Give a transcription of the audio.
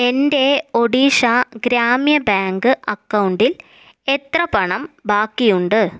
എൻ്റെ ഒഡീഷ ഗ്രാമ്യ ബാങ്ക് അക്കൗണ്ടിൽ എത്ര പണം ബാക്കിയുണ്ട്